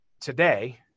today